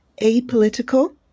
apolitical